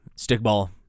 stickball